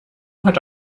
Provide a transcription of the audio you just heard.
hat